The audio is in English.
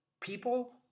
people